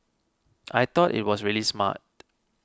I thought it was really smart